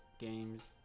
Games